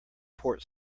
port